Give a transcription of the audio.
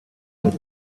and